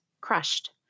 crushed